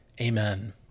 Amen